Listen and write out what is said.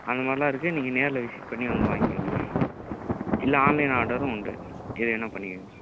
அந்த மாதிரிலாம் இருக்குது நீங்கள் நேரில் விசிட் பண்ணி வந்து வாங்கிக்கோங்க இல்லை ஆன்லைன் ஆர்டரும் உண்டு எது வேணா பண்ணிக்கோங்க